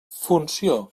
funció